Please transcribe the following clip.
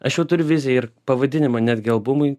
aš jau turi viziją ir pavadinimą netgi albumui